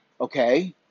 okay